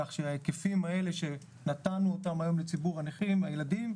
כך שההיקפים האלה שנתנו היום לציבור הנכים הילדים,